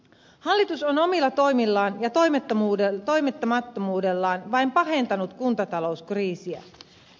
hallitus on omilla toimillaan ja toimimattomuudellaan vain pahentanut kuntatalouskriisiä